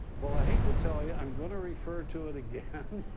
well, i hate to tell you, i'm going to refer to it again.